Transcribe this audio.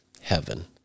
heaven